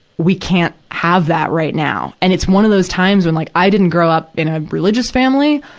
we can't have that right now, and it's one of those times when, like, i didn't grow up in a religious family,